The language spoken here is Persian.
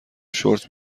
شرت